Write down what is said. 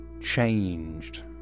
Changed